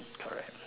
correct